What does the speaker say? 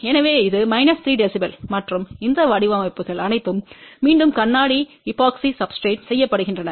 எனவே இது 3 dB மற்றும் இந்த வடிவமைப்புகள் அனைத்தும் மீண்டும் கண்ணாடி எபோக்சி சப்ஸ்டிரேட்றில் செய்யப்படுகின்றன